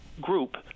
group